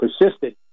persisted